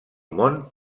món